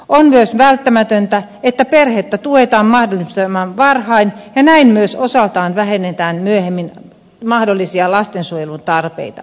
on myös välttämätöntä että perhettä tuetaan mahdollisimman varhain ja näin myös osaltaan vähennetään myöhemmin mahdollisia lastensuojelutarpeita